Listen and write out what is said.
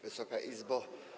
Wysoka Izbo!